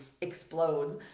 explodes